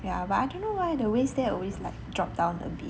ya but I dunno why the waist there always like drop down a bit